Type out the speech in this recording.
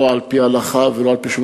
לא על-פי ההלכה ולא על-פי שום,